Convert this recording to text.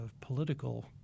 Political